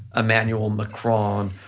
emmanuel macron,